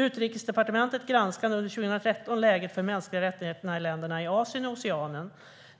Utrikesdepartementet granskade under 2013 läget för de mänskliga rättigheterna i länderna i Asien och Oceanien .